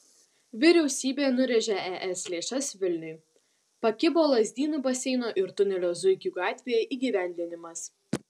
vyriausybė nurėžė es lėšas vilniui pakibo lazdynų baseino ir tunelio zuikių gatvėje įgyvendinimas